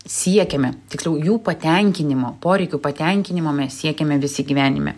siekiame tiksliau jų patenkinimo poreikių patenkinimo mes siekiame visi gyvenime